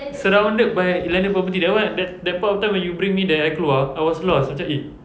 surrounded by landed property that one that that point of time when you bring me there I keluar I was lost macam eh